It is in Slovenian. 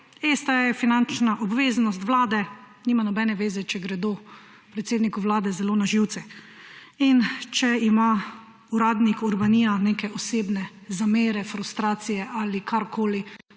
STA je finančna obveznost vlade. Nima nobene veze, če gredo predsedniku vlade zelo na živce in če ima uradnik Urbanija neke osebne zamere, frustracije ali karkoli,